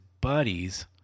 buddies